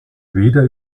weder